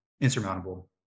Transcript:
insurmountable